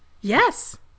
Yes